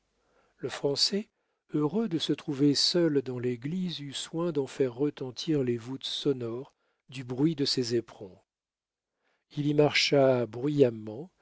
le français heureux de se trouver seul dans l'église eut soin d'en faire retentir les voûtes sonores du bruit de ses éperons il y marcha bruyamment